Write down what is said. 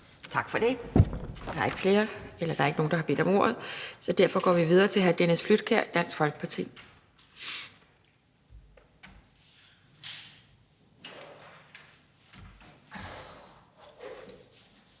Tak for det. Der er ikke nogen, der har bedt om ordet, så derfor går vi videre til hr. Dennis Flydtkjær, Dansk Folkeparti.